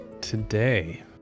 today